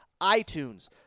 iTunes